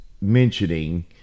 mentioning